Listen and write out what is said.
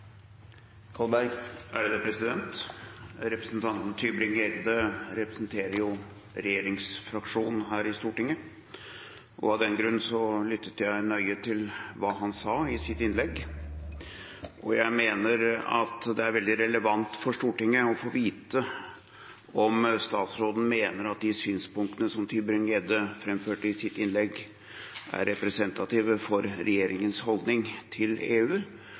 av den grunn lyttet jeg nøye til hva han sa i sitt innlegg. Jeg mener at det er veldig relevant for Stortinget å få vite om statsråden mener at de synspunktene som Tybring-Gjedde framførte i sitt innlegg, er representative for regjeringens holdning til EU